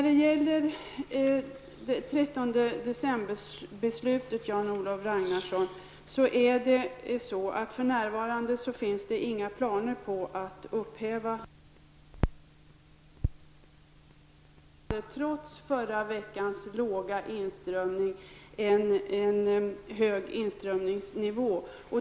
Det finns för närvarande, Jan-Olof Ragnarsson, inga planer på att upphäva 13 december-beslutet. Vi har fortfarande, trots förra veckans låga inströmning en hög inströmningsnivå.